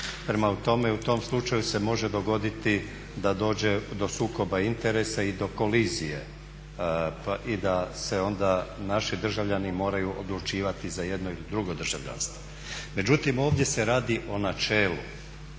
Prema tome, u tom slučaju se može dogoditi da dođe do sukoba interesa i do kolizije i da se onda naši državljani moraju odlučivati za jedno ili drugo državljanstvo. Međutim, ovdje se radi o načelu